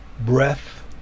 breath